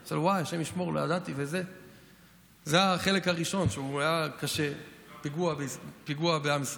אני לא עונה, ואני רואה שהוא מתקשר עוד פעמיים.